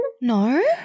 No